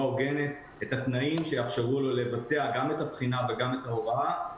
הוגנת את התנאים שיאפשרו לו לבצע גם את הבחינה וגם את ההוראה.